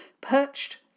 perched